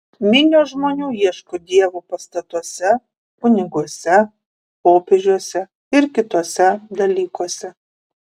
minios žmonių ieško dievo pastatuose kuniguose popiežiuose ir kituose dalykuose